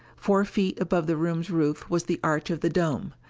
four feet above the room's roof was the arch of the dome,